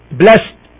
blessed